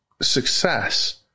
success